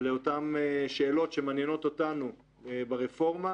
לאותן שאלות שמעניינות אותנו ברפורמה,